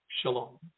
Shalom